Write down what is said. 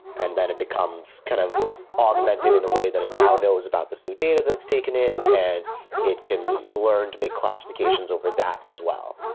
and then it becomes kind of augmented in the way that it now knows about this new data that it's taken in and it can learn to make classifications over that as well.